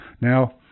Now